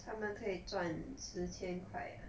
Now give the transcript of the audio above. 他们可以赚十千块 ah